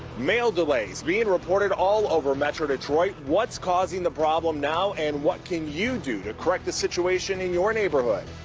mail delays being reported all over metro detroit. what's causing the problem now and what can you do to correct the situation in your neighborhood.